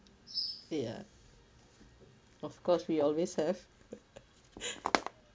ya of course we always have